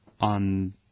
on